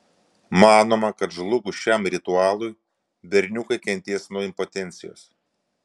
manoma kad žlugus šiam ritualui berniukai kentės nuo impotencijos